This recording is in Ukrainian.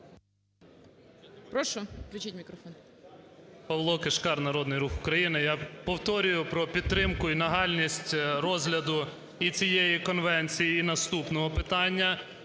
Прошу включіть мікрофон.